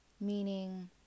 meaning